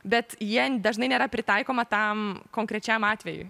bet jie dažnai nėra pritaikoma tam konkrečiam atvejui